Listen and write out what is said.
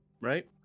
Right